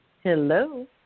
Hello